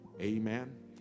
amen